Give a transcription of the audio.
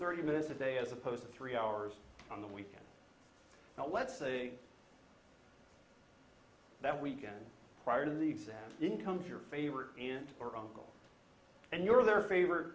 thirty minutes a day as opposed to three hours on the weekend now let's say that we can hire the exact incomes your favorite aunt or uncle and you're their favor